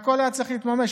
הכול היה צריך להתממש,